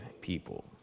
people